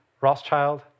Rothschild